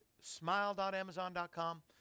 smile.amazon.com